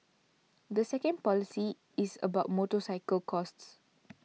the second policy is about motorcycle costs